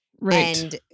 right